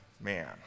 man